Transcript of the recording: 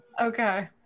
Okay